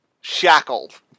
shackled